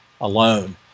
alone